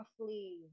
roughly